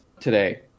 today